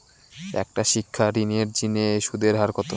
একটা শিক্ষা ঋণের জিনে সুদের হার কত?